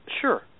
Sure